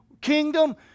kingdom